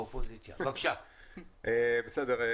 בבקשה מתן כהנא.